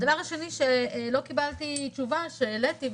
הדבר השני שלא קיבלתי תשובה שהעליתי,